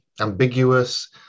ambiguous